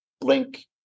blink